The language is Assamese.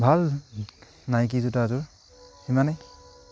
ভাল নাইকি জোতাযোৰ সিমানেই